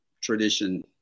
tradition